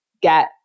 get